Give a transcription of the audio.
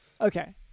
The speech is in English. okay